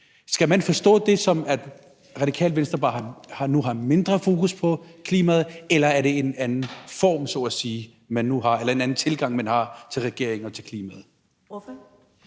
Skal vi forstå det som, at Radikale Venstre nu bare har mindre fokus på klimaet, eller er det en anden form så at sige, man nu har, eller en anden tilgang, man har til regeringen og til klimaet? Kl.